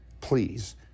Please